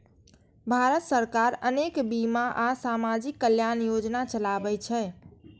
भारत सरकार अनेक बीमा आ सामाजिक कल्याण योजना चलाबै छै